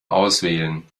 auswählen